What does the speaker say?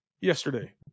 yesterday